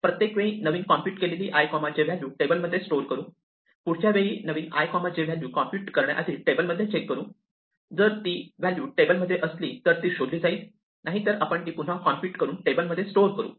प्रत्येक वेळी नवीन कॉम्प्युट केलेली i j व्हॅल्यू टेबल मध्ये स्टोअर करू पुढच्या वेळी नवीन i j व्हॅल्यू कॉम्प्युट करण्याआधी टेबलमध्ये चेक करू जर ती व्हॅल्यू टेबल मध्ये असली तर ती शोधली जाईल नाहीतर आपण ती पुन्हा कॉम्प्युट करून टेबल मध्ये स्टोअर करू